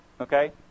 Okay